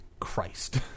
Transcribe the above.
christ